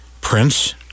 Prince